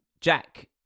Jack